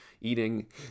eating